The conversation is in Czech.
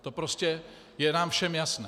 To prostě je nám všem jasné.